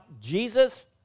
Jesus